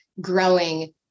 growing